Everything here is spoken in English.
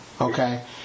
okay